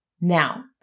Now